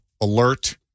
alert